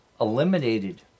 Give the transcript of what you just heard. eliminated